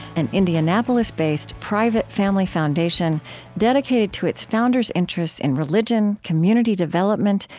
an indianapolis-based, private family foundation dedicated to its founders' interests in religion, community development,